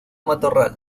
matorral